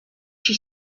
she